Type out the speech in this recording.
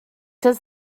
does